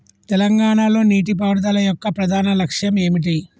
తెలంగాణ లో నీటిపారుదల యొక్క ప్రధాన లక్ష్యం ఏమిటి?